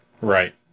Right